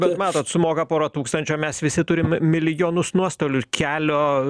bet matot sumoka pora tūkstančių o mes visi turim milijonus nuostolių kelio